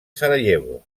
sarajevo